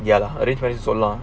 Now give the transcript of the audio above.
ya lah family friends solar